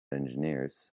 engineers